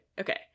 Okay